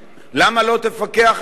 למה לא תפקח על מחיר,